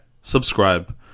subscribe